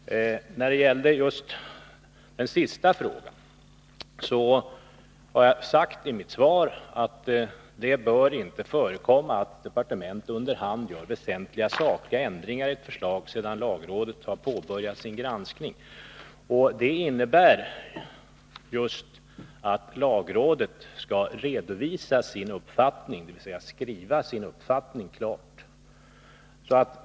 När det gäller den sista frågan har jag i mitt svar sagt att det inte bör förekomma att departement under hand gör väsentliga sakliga ändringar i ett förslag sedan lagrådet har påbörjat sin granskning. Det innebär att lagrådet skall ges möjlighet att klart redovisa sin uppfattning.